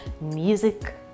music